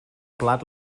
plat